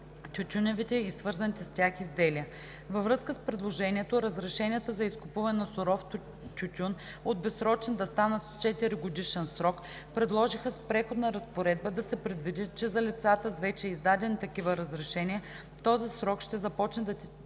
тютюневите и свързаните с тях изделия. Във връзка с предложението разрешенията за изкупуване на суров тютюн от безсрочни да станат с 4-годишен срок предложиха с преходна разпоредба да се предвиди, че за лицата с вече издадени такива разрешения този срок ще започне да